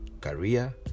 career